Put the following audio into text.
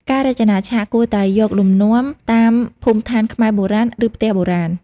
ការរចនាឆាក គួរតែយកលំនាំតាមភូមិឋានខ្មែរបុរាណ ឬផ្ទះបុរាណ។